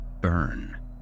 burn